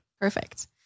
Perfect